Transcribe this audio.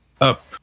up